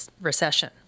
recession